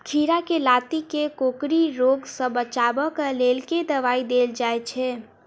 खीरा केँ लाती केँ कोकरी रोग सऽ बचाब केँ लेल केँ दवाई देल जाय छैय?